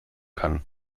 kann